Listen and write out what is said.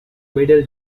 middle